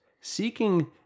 seeking